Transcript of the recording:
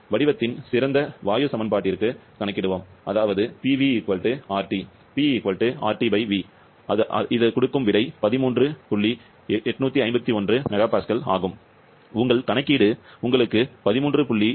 வடிவத்தின் சிறந்த வாயு சமன்பாட்டிற்கு உங்கள் கணக்கீடு உங்களுக்கு 13